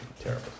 Terrible